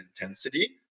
intensity